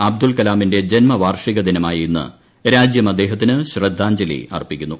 അബ്ദുൾ കലാമിന്റെ ജന്മവാർഷിക ദിനമായി ഇന്ന് രാജ്യം അദ്ദേഹത്തിന് ശ്രദ്ധാജ്ഞലി അർപ്പിക്കുന്നു